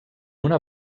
una